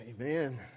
Amen